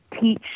teach